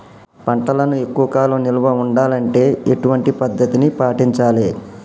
పంటలను ఎక్కువ కాలం నిల్వ ఉండాలంటే ఎటువంటి పద్ధతిని పాటించాలే?